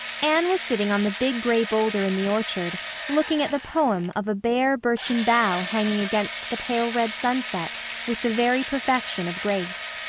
anne was sitting on the big gray boulder in the orchard looking at the poem of a bare, birchen bough hanging against the pale red sunset with the very perfection of grace.